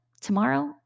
tomorrow